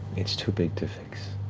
it's too big to fix.